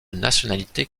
nationalité